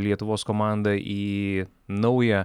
lietuvos komanda į naują